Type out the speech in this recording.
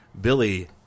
Billy